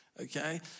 Okay